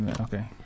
Okay